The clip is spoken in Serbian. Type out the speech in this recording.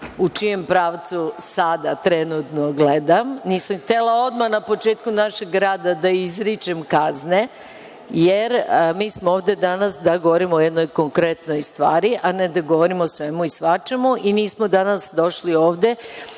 u čijem pravcu sada trenutno gledam. Nisam htela odmah na početku našeg rada da izričem kazne, jer mi smo ovde danas da govorimo o jednoj konkretnoj stvari, a ne da govorimo o svemu i svačemu, i nismo danas došli ovde